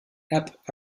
app